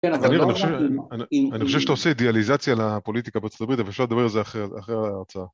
אני חושב שאתה עושה דיאליזציה לפוליטיקה בארצות הברית, אבל אפשר לדבר על זה אחרי.. אחרי ההרצאה.